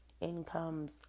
incomes